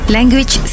Language